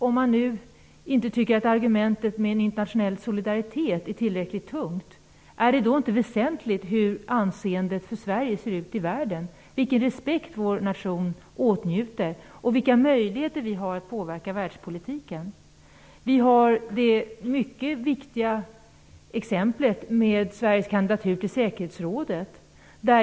Om man nu inte tycker att argumentet om internationell solidaritet är tillräckligt tungt, är det då inte väsentligt hur anseendet för Sverige ser ut i världen, vilken respekt vår nation åtnjuter och vilka möjligheter vi har att påverka världspolitiken? Vi har det mycket viktiga exemplet med Sveriges kandidatur till säkerhetsrådet.